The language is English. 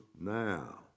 now